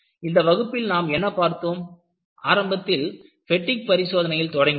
இந்த வகுப்பில் நாம் என்ன பார்த்தோம் ஆரம்பத்தில் பெட்டிக் பரிசோதனையில் தொடங்கினோம்